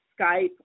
Skype